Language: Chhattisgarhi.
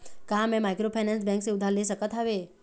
का मैं माइक्रोफाइनेंस बैंक से उधार ले सकत हावे?